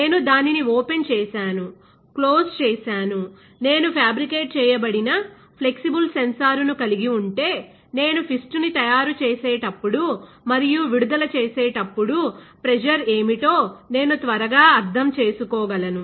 నేను దానిని ఓపెన్ చేశానుక్లోజ్ చేశానునేను ఫ్యాబ్రికేట్ చేయబడిన ఫ్లెక్సిబుల్ సెన్సార్ ను కలిగి ఉంటే నేను ఫిస్ట్ని తయారు చేసేటప్పుడు మరియు విడుదల చేసేటప్పుడు ప్రెజర్ ఏమిటో నేను త్వరగా అర్థం చేసుకోగలను